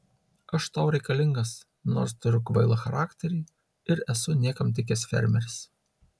aš tau reikalingas nors turiu kvailą charakterį ir esu niekam tikęs fermeris